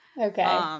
Okay